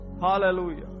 Hallelujah